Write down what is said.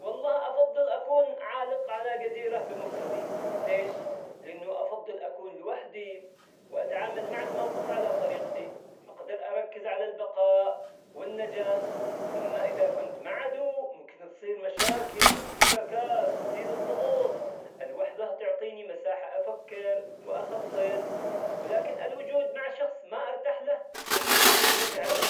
والله أفضل أكون عالق على جزيرة بمفردي، ليش؟ لأنه أفضل أكون لوحدي وأتعامل مع الموقف على طريقتي، أقدر أركز على البقاء والنجاة، أما إذا كنت مع عدو ممكن تصير مشاكل وإحتكاكات تزيد الضغوط. الوحدة تعطيني مساحة أفكر وأخطط ، ولكن الوجود مع شخص ما أرتاحله ممكن يكون متعب.